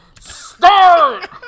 Start